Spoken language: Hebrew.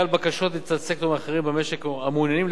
אחרים במשק המעוניינים להיטיב עם אוכלוסייה מסוימת,